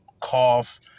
cough